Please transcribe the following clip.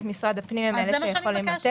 זו רזולוציה שמשרד הפנים יכול לתת.